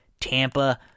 Tampa